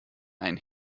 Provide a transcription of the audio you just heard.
ein